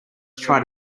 try